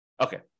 Okay